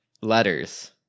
letters